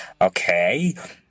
okay